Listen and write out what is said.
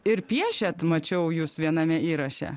ir piešiat mačiau jus viename įraše